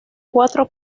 cuatro